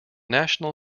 national